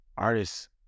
artists